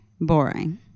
Boring